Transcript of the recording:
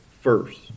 first